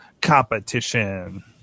competition